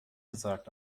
gesagt